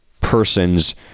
persons